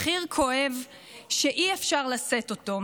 מחיר כואב שאי-אפשר לשאת אותו,